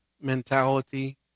mentality